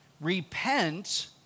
repent